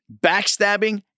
backstabbing